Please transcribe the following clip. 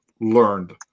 learned